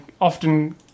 often